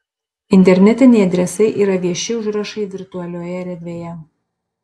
internetiniai adresai yra vieši užrašai virtualioje erdvėje